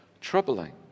troubling